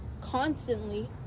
constantly